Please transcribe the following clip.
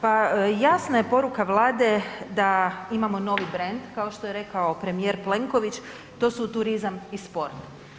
Pa jasna je poruka Vlade da imamo novi brand kao što je rekao premijer Plenković, to su turizam i sport.